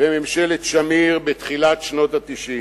וממשלת שמיר בתחילת שנות ה-90.